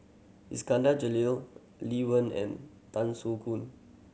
Iskandar Jalil Lee Wen and Tan Soo Khoon